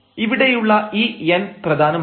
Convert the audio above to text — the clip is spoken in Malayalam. xn fyx ഇവിടെയുള്ള ഈ n പ്രധാനമാണ്